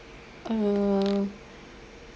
err